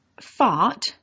fart